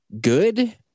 good